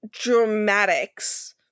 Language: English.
dramatics